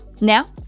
Now